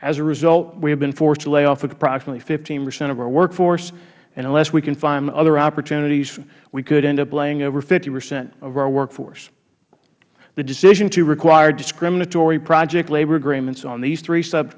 as a result we have been forced to lay off approximately fifteen percent of our work force unless we can find other opportunities we could end up laying off over fifty percent of our work force the decision to require discriminatory project labor agreements on these three sub